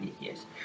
Yes